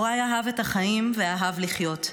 יוראי אהב את החיים ואהב לחיות,